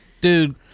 dude